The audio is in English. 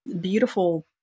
beautiful